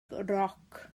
roc